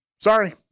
Sorry